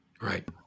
right